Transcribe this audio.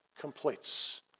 completes